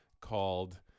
called